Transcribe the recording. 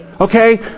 Okay